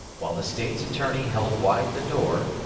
while the state's attorney held wide the door,